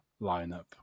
lineup